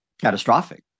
catastrophic